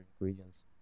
ingredients